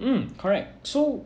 mm correct so